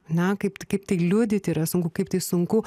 na kaip tai kaip tai liudyti yra sunku kaip tai sunku